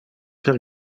per